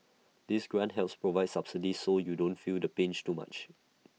this grant helps provide subsidies so you don't feel the pinch too much